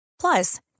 Plus